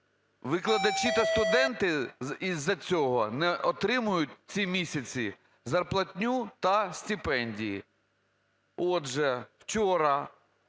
Викладачі та студенти із-за цього не отримають ці місяці зарплатню та стипендії. Отже, вчора